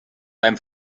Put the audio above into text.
beim